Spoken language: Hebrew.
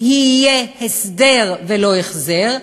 יהיה הסדר ולא החזר,